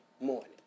morning